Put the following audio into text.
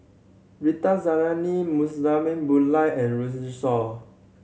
Rita Zahara Murali Pillai and Runme Shaw